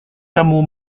kamu